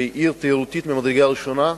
שהיא עיר תיירותית ממדרגה ראשונה,